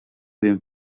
ben